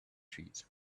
trees